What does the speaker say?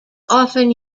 often